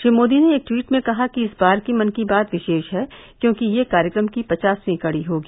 श्री मोदी ने एक ट्वीट में कहा कि इस बार की मन की बात विशेष है क्योंकि यह कार्यक्रम की पचासवीं कड़ी होगी